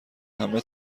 همه